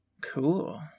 Cool